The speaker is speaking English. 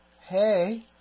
hey